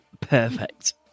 perfect